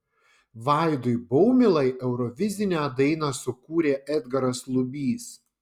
vaidui baumilai eurovizinę dainą sukūrė edgaras lubys